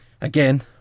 Again